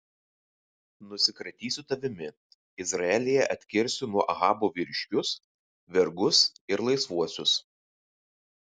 nusikratysiu tavimi izraelyje atkirsiu nuo ahabo vyriškius vergus ir laisvuosius